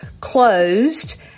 closed